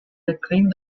reclaimed